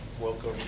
welcome